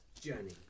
journey